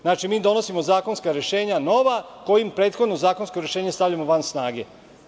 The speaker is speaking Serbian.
Znači, donosimo nova zakonska rešenja kojima prethodna zakonska rešenja stavljamo van snage.